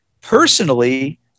personally